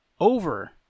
over